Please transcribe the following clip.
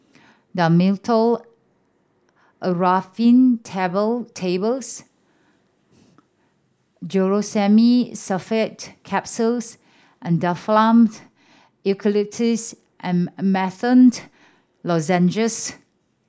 Dhamotil Atropine Table Tables Glucosamine Sulfate Capsules and Difflams Eucalyptus and Menthol Lozenges